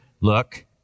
look